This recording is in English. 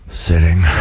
sitting